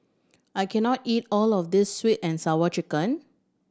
I can not eat all of this Sweet And Sour Chicken